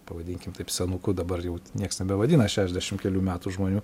pavadinkim taip senuku dabar jau nieks nebevadina šešiasdešim kelių metų žmonių